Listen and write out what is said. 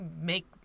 make